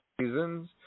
seasons